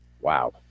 Wow